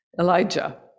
Elijah